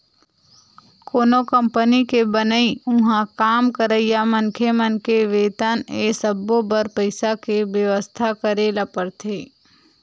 कोनो कंपनी के बनई, उहाँ काम करइया मनखे मन के बेतन ए सब्बो बर पइसा के बेवस्था करे ल परथे